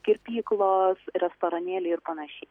kirpyklos restoranėliai ir panašiai